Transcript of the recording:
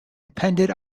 depended